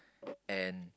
and